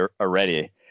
already